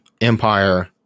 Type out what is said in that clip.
Empire